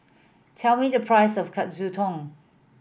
tell me the price of Katsudon